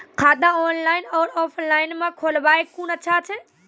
खाता ऑनलाइन और ऑफलाइन म खोलवाय कुन अच्छा छै?